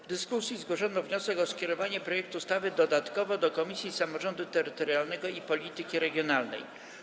W dyskusji zgłoszono wniosek o skierowanie projektu ustawy dodatkowo do Komisji Samorządu Terytorialnego i Polityki Regionalnej.